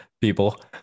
people